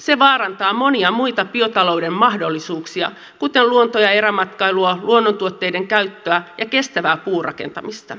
se vaarantaa monia muita biotalouden mahdollisuuksia kuten luonto ja erämatkailua luonnontuotteiden käyttöä ja kestävää puurakentamista